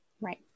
Right